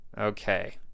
okay